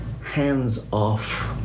hands-off